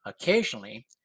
Occasionally